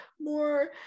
more